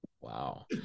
Wow